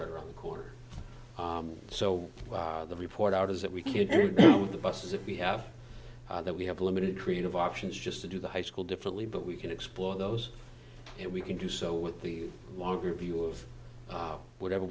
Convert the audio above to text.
right around the corner so what are the report out is that we can do the buses if we have that we have a limited creative options just to do the high school differently but we can explore those and we can do so with the longer view of whatever